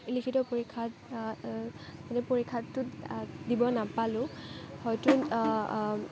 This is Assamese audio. লিখিত পৰীক্ষাত লিখিত পৰীক্ষাটো দিব নাপালো হয়তো